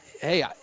hey